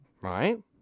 Right